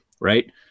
Right